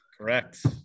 Correct